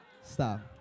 Stop